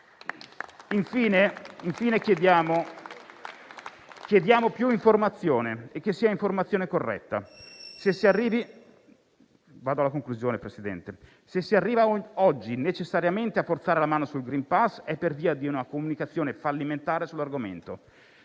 Infine chiediamo più informazione e che sia informazione corretta. Se si arriva oggi necessariamente a forzare la mano sul *green pass* è per via di una comunicazione fallimentare sull'argomento,